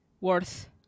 Worth